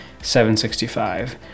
765